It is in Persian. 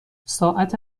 ساعت